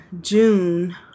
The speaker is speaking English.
June